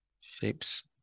shapes